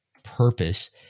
Purpose